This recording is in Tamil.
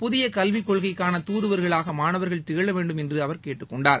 புதிய கல்விக் கொள்கைக்கான தூதுவர்களாக மாணவர்கள் திகழ வேண்டும் என்று அவர் கேட்டுக்கொண்டார்